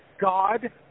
God